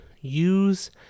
use